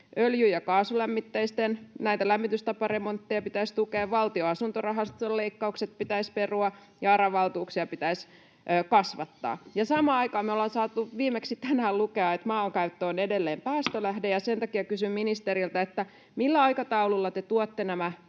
Öljy- ja kaasulämmitteisten talojen lämmitystaparemontteja pitäisi tukea. Valtion asuntorahaston leikkaukset pitäisi perua, ja ARA-valtuuksia pitäisi kasvattaa. Samaan aikaan me ollaan saatu — viimeksi tänään — lukea, että maankäyttö on edelleen päästölähde, ja sen takia kysyn ministeriltä: millä aikataululla te tuotte nämä